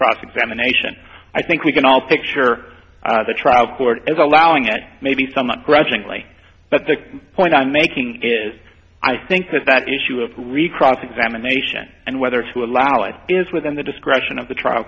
cross examination i think we can all picture the trial court as allowing it maybe some not grudgingly but the point i'm making is i think that that issue of recross examination and whether to allow it is within the discretion of the trial